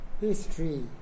history